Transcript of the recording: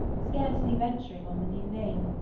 scarcely venturing on the new name,